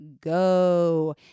go